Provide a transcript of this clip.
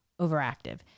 overactive